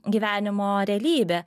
gyvenimo realybė